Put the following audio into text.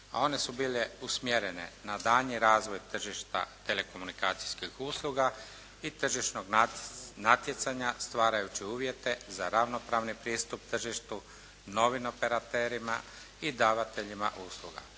a one su bile usmjerene na daljnji razvoj tržišta telekomunikacijskih usluga i tržišnog natjecanja stvarajući uvjete za ravnopravni pristup tržištu novim operaterima i davateljima usluga.